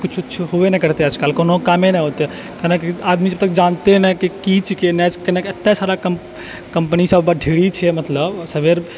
किछु हेबे नहि करते आजकल कोनो कामे नहि होते केनाकि आदमी जबतक जानते ये नहि कि कि छिहै कारण कि एत्तेक सारा कम्पनी सब के ढेरी छै मतलब सबे